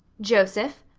joseph,